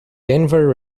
denver